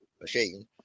machine